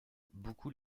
beaucoup